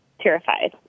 terrified